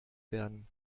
werden